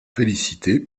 félicité